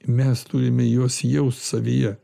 mes turime juos jaust savyje